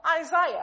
Isaiah